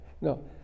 No